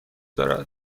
دارد